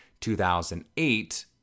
2008